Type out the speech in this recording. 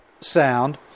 sound